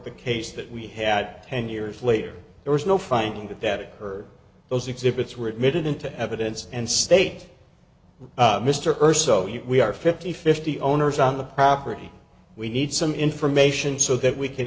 the case that we had ten years later there was no finding that that occurred those exhibits were admitted into evidence and state mr urso we are fifty fifty owners on the property we need some information so that we can